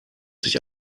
sich